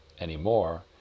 anymore